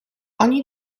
ogni